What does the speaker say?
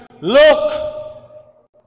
look